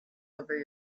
over